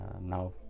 now